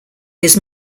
his